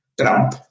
Trump